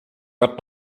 wird